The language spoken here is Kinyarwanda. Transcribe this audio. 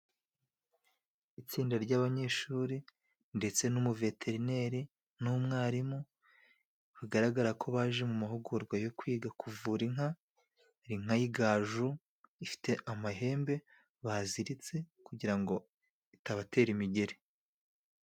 Itsinda ry'abanyeshuri ndetse n'umuveterineri n'umwarimu, bigaragara ko baje mu mahugurwa yo kwiga kuvura inka. Inka y'igaju ifite amahembe baziritse kugira ngo itabatera imigeri.